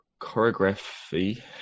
choreography